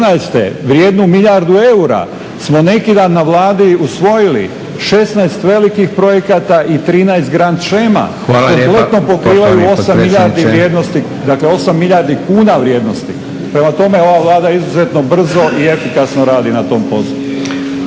vrijedne milijardu eura smo neki dan na Vladi usvojili, 16 velikih projekata i 13 grand shema kompletno pokrivaju 8 milijardi kuna vrijednosti. Prema tome, ova Vlada izuzetno brzo i efikasno radi na tom poslu.